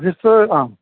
this ആ